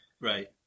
Right